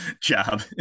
job